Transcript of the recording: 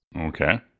okay